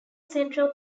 central